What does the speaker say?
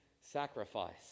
Sacrifice